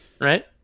Right